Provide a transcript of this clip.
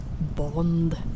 bond